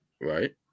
right